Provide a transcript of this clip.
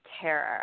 terror